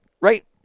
right